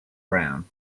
brown